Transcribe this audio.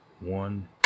one